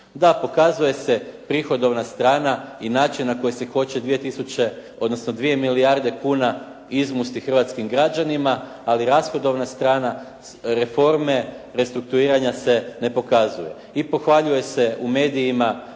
Da, pokazuje se prihodovna strana i način na koji se hoće 2 milijarde kuna izmusti hrvatskim građanima, ali rashodovna strana reforme restrukturiranja se ne pokazuje i pohvaljuje se u medijima